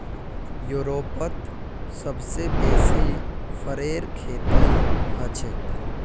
यूरोपत सबसे बेसी फरेर खेती हछेक